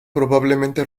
probablemente